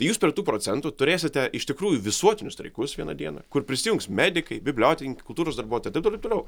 jūs prie tų procentų turėsite iš tikrųjų visuotinius streikus vieną dieną kur prisijungs medikai bibliotekininkai kultūros darbuotojai ir taip toliau ir taip toliau